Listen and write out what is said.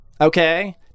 okay